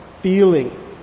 feeling